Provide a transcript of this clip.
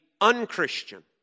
unchristian